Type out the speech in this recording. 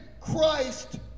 Christ